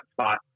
spot